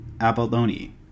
abalone